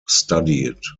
studied